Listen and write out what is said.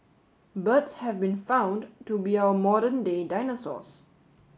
birds have been found to be our modern day dinosaurs